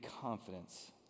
confidence